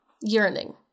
yearning